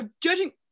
judging